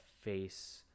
face